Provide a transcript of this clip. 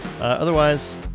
Otherwise